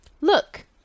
Look